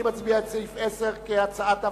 חברת הכנסת שלי יחימוביץ מבקשת להסתייג.